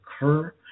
occur